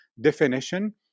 definition